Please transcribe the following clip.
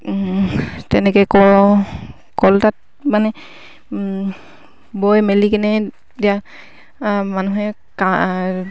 তেনেকে মানে বৈ মেলি কিনে দিয়া মানুহে